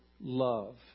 love